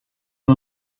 van